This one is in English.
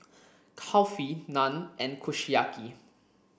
Kulfi Naan and Kushiyaki